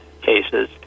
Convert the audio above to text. cases